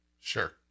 Sure